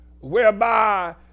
whereby